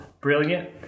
brilliant